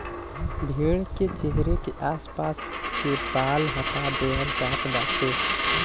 भेड़ के चेहरा के आस पास के बार हटा देहल जात बाटे